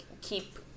keep